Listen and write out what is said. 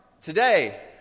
today